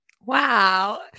Wow